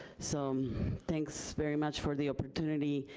so thanks very much for the opportunity.